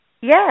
Yes